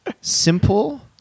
simple